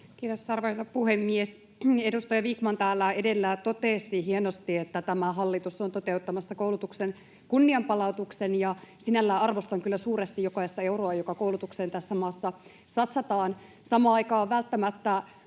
Kiitos, arvoisa puhemies! Edustaja Vikman täällä edellä totesi hienosti, että tämä hallitus on toteuttamassa koulutuksen kunnianpalautuksen. Sinällään arvostan kyllä suuresti jokaista euroa, joka koulutukseen tässä maassa satsataan. Samaan aikaan välttämättä